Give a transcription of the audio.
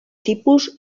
tipus